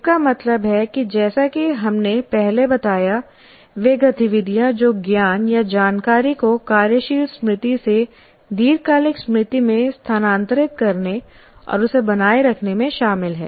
इसका मतलब है कि जैसा कि हमने पहले बताया वे गतिविधियाँ जो ज्ञान या जानकारी को कार्यशील स्मृति से दीर्घकालिक स्मृति में स्थानांतरित करने और उसे बनाए रखने में शामिल हैं